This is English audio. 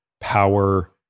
power